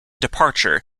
departure